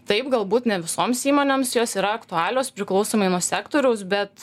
taip galbūt ne visoms įmonėms jos yra aktualios priklausomai nuo sektoriaus bet